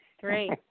Great